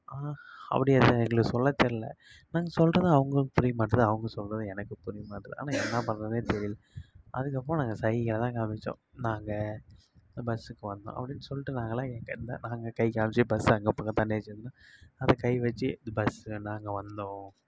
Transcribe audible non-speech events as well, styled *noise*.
அப்படி அந்த எங்களுக்கு சொல்ல தெரில நாங்கள் சொல்கிறதும் அவங்களுக்குப் புரியமாட்டுது அவங்க சொல்கிறதும் எனக்கு புரியமாட்டுது ஆனால் என்ன பண்ணுறதுனே தெரியல அதுக்கப்புறம் நாங்கள் சைகையில் தான் காமித்தோம் நாங்கள் பஸ்ஸுக்கு வந்தோம் அப்படின்னு சொல்லிட்டு நாங்கள்லாம் *unintelligible* நாங்கள் கை காம்ச்சு பஸ்ஸு அங்கே *unintelligible* அதை கை வெச்சு அது பஸ்ஸு நாங்கள் வந்தோம்